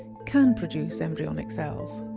can produce embryonic cells.